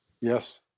Yes